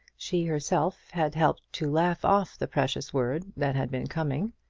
she herself had helped to laugh off the precious word that had been coming.